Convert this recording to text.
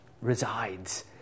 resides